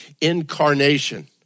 incarnation